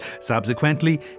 Subsequently